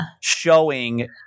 showing